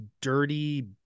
dirty